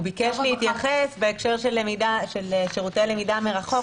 הוא ביקש להתייחס בהקשר של שירותי למידה מרחוק,